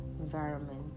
environment